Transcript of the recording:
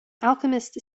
alchemist